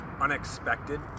unexpected